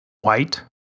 white